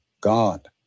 God